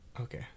okay